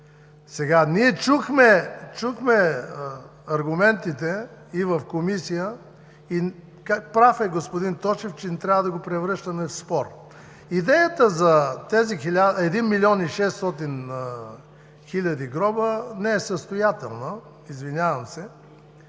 наука. Ние чухме аргументите и в Комисията. Прав е господин Тошев, че не трябва да го превръщаме в спор. Идеята за тези 1 млн. и 600 хил. гроба не е състоятелна, извинявам се,